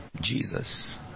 Jesus